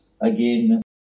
again